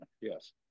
yes